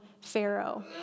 Pharaoh